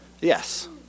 Yes